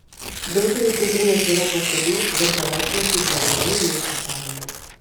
daugeliui centrinės europos šalių svarbią reikšmę turi lengvoji ir maisto pramonė